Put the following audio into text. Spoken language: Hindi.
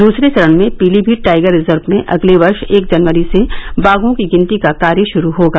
दूसरे चरण में पीलीमीत टाइगर रिजर्व में अगले वर्ष एक जनवरी से बाघों की गिनती का कार्य शुरू होगा